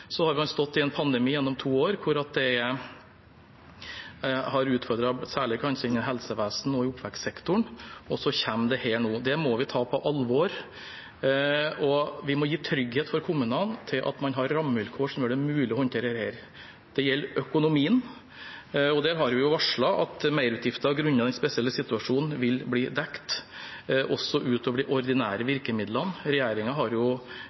Så har man stått i en pandemi gjennom to år, som har utfordret særlig kanskje innen helsevesen og i oppvekstsektoren, og så kommer dette nå. Det må vi ta på alvor, og vi må gi trygghet for kommunene til at man har rammevilkår som gjør det mulig å håndtere dette. Det gjelder økonomien. Der har vi varslet at merutgifter på grunn av den spesielle situasjonen vil bli dekt også ut over de ordinære virkemidlene. Regjeringen har